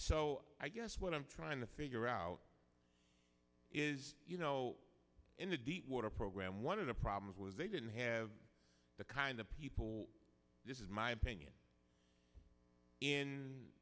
so i guess what i'm trying to figure out is you know in the deepwater program one of the problems was they didn't have the kind of people this is my opinion in